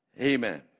Amen